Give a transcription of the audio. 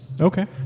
Okay